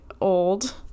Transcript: old